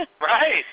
Right